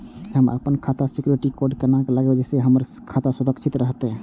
हम अपन खाता में सिक्युरिटी कोड केना लगाव जैसे के हमर खाता सुरक्षित रहैत?